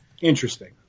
Interesting